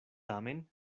tamen